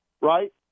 right